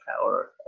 power